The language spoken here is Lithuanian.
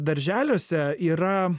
darželiuose yra